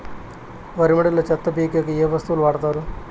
వరి మడిలో చెత్త పీకేకి ఏ వస్తువులు వాడుతారు?